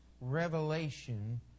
revelation